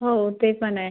हो ते पण आहे